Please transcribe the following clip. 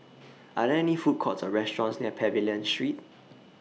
Are There any Food Courts Or restaurants near Pavilion Street